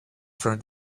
from